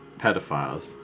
pedophiles